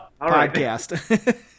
podcast